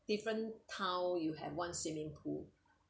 different town you have one swimming pool